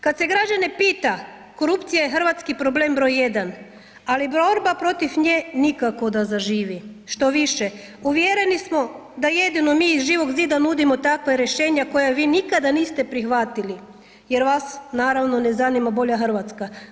Kad se građane pita, korupcija je hrvatski problem br. 1, ali borba protiv nje nikako da zaživi, štoviše uvjereni smo da jedino mi iz Živog zida nudimo takva rješenja koja vi nikada niste prihvatili jer vas naravno ne zanima bolja RH.